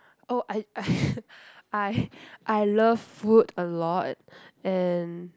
oh I I I I love food a lot and